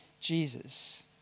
Jesus